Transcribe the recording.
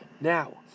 Now